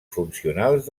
funcionals